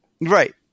right